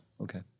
Okay